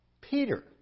Peter